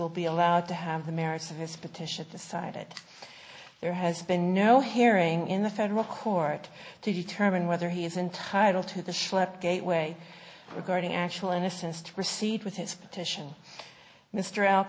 will be allowed to have the merits of his petition decided there has been no hearing in the federal court to determine whether he is entitled to the shlep gateway regarding actual innocence to proceed with his petition mr al